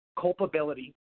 culpability